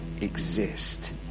exist